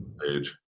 page